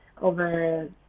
over